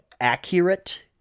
accurate